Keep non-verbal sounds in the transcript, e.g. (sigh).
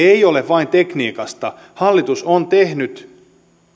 (unintelligible) ei ole vain tekniikasta hallitus on tehnyt